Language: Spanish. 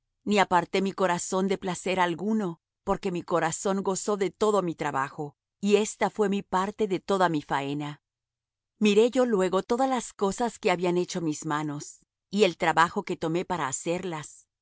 ni aparté mi corazón de placer alguno porque mi corazón gozó de todo mi trabajo y ésta fué mi parte de toda mi faena miré yo luego todas las obras que habían hecho mis manos y el trabajo que tomé para hacer